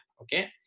Okay